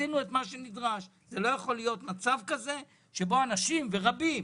לא יכול להיות מצב כזה, שבו אנשים רבים